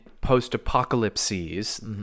post-apocalypses